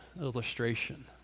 illustration